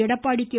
Edappadi K